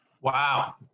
Wow